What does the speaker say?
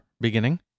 beginning